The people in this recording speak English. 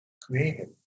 created